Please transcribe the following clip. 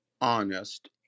honest